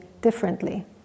differently